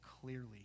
clearly